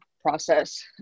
process